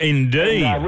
Indeed